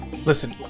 Listen